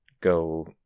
go